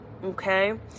Okay